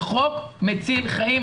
זה חוק מציל חיים,